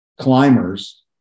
climbers